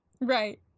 Right